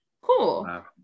cool